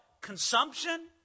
consumption